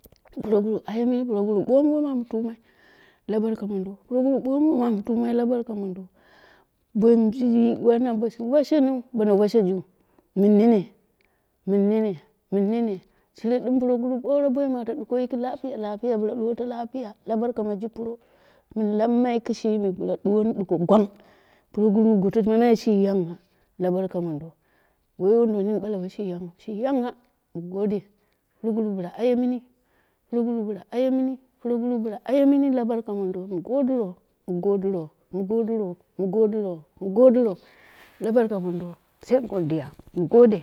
Puroguru ayemini, puroguru ɓomu wom am tumai, la barka mondo, puroguru ɓomu wom am tumai la barka mondo bo shi washeneu, bono washejiu, min nene, min nene, min nene, shire ɗum puroguru ɓoro boi mi ate duko yiki lapiya lapiya bla duwoto lapoya, la barka ma ji puro, min lammai kishimi, bla ɗuwoni ɗuko gwang puroguru, goto mamai shi yangha, la barka mondo. Woi wonduwoi nini ɓala woshi yanghau, shi yangha na gode, puroguru bla ayemini, puroguru bla ayemini, la barka mondo, mu godiro, mu godiro, mu godiro, mu godiro, mu godiro, la barka mondo, sai godiya, mu gode.